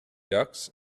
ducks